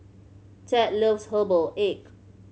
Thad loves herbal egg